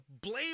blame